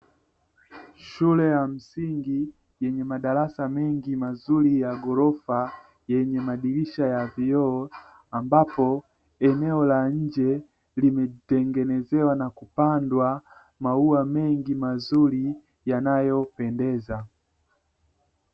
Shule ya msingi yenye madarasa mengi mazuri ya ghorofa. Yenye madirisha ya vioo, ambapo eneo la nje limetengenezewa na kupandwa maua mengi mazuri yanayopendeza.